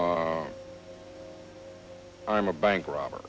h i'm a bank robber